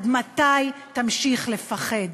עד מתי תמשיך לפחד?